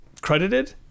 credited